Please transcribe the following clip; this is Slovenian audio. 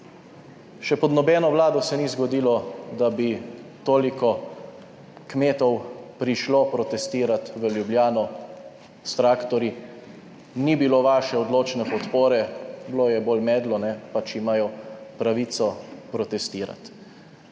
še pod nobeno vlado se ni zgodilo, da bi toliko kmetov prišlo protestirat v Ljubljano s traktorji. Ni bilo vaše odločne podpore, bilo je bolj medlo, pač imajo pravico protestirati.